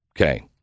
Okay